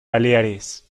baleares